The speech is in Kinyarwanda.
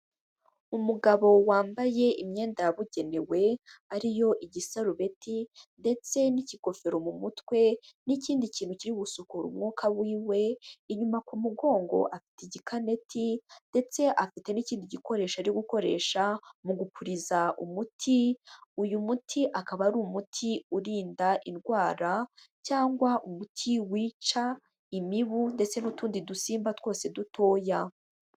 Umugabo wambaye imyenda yabugenewe ariyo igisarubeti ndetse n'ikigofero mu mutwe nikindi kintu kiri gusukura umwuka wiwe inyuma ku mugongo afite igikaneti ndetse afite n'ikindi gikoresho ari gukoresha mu gupuriza umuti uyu muti akaba ari umuti urinda indwara cyangwa umuti wica imibu ndetse n'utundi dusimba twose dutoya.